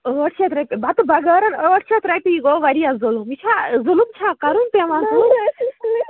ٲٹھ شیٚتھ رۄپیہِ بَتہٕ بَغٲرَن ٲٹھ شیٚتھ رۄپیہِ یہِ گوٚو واریاہ ظلم یہِ چھُوا ظلم چھےٚ کَرُن پٮ۪وان